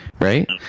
right